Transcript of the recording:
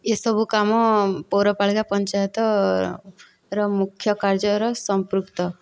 ଏସବୁ କାମ ପୌରପାଳିକା ପଞ୍ଚାୟତର ମୁଖ୍ୟ କାର୍ଯ୍ୟର ସଂପୃକ୍ତ